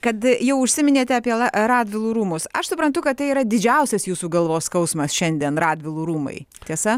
kad jau užsiminėte apie radvilų rūmus aš suprantu kad tai yra didžiausias jūsų galvos skausmas šiandien radvilų rūmai tiesa